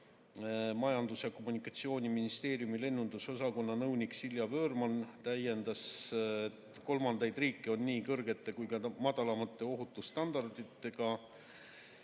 Majandus‑ ja Kommunikatsiooniministeeriumi lennundusosakonna nõunik Silja Vöörmann täiendas, et kolmandaid riike on nii kõrgete kui ka madalamate ohutusstandarditega.